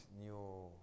new